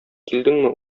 килдеңме